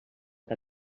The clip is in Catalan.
que